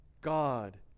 God